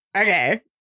Okay